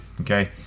okay